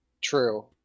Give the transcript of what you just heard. True